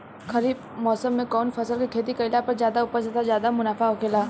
खरीफ़ मौसम में कउन फसल के खेती कइला पर ज्यादा उपज तथा ज्यादा मुनाफा होखेला?